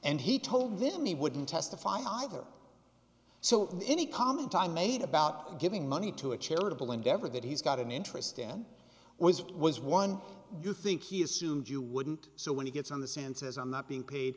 and he told this me wouldn't testify either so any comment i made about giving money to a charitable endeavor that he's got an interest in was it was one you think he assumed you wouldn't so when he gets on this and says i'm not being paid